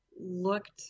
looked